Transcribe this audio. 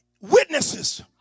witnesses